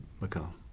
become